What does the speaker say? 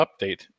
update